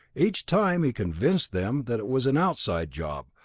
each time he convinced them that it was an outside job,